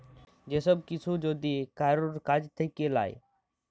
যে সব কিসু যদি কারুর কাজ থাক্যে লায়